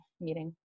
meeting